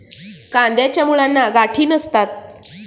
कंदाच्या मुळांना गाठी नसतात